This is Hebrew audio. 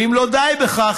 ואם לא די בכך,